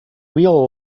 wheel